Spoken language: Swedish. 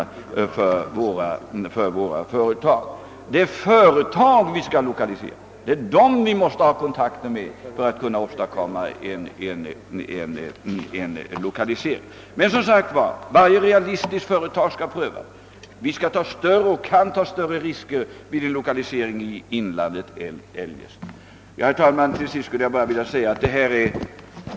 Om det inte går, får sociala åtgärder vidtas.